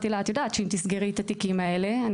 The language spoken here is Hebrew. החוק הזה יכול להציל אותי מלהיכנס לשם,